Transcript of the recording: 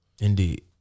Indeed